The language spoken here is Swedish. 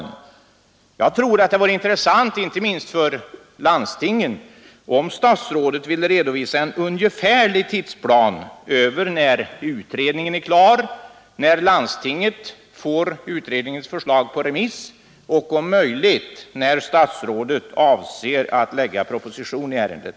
Jag tror att det vore intressant, inte minst för landstingen, om statsrådet ville redovisa en ungefärlig tidsplan över när utredningen är klar, när landstinget får utredningens förslag på remiss och, om möjligt, när statsrådet avser att lägga fram proposition i ärendet.